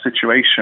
situation